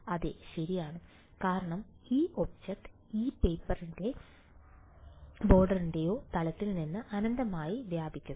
അതെ ശരിയാണ് കാരണം ഈ ഒബ്ജക്റ്റ് ഈ പേപ്പറിന്റെയോ ബോർഡിന്റെയോ തലത്തിൽ നിന്ന് അനന്തമായി വ്യാപിക്കുന്നു